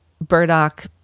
burdock